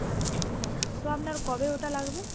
আচ্ছা আচ্ছা তো আপনার কবে ওটা লাগবে